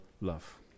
love